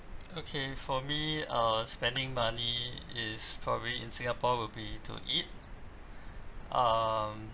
okay for me uh spending money is probably in singapore will be to eat um